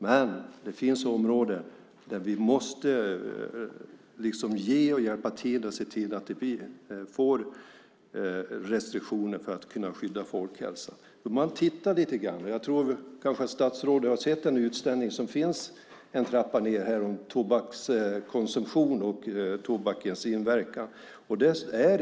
Men det finns områden där vi måste hjälpa till och se till att vi får restriktioner för att kunna skydda folkhälsan. Statsrådet har kanske sett den utställning som finns en trappa ned här, om tobakskonsumtion och tobakens inverkan.